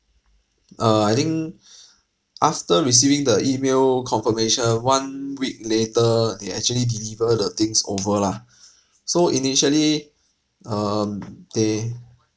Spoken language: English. err I think after receiving the email confirmation one week later they actually deliver the things over lah so initially um they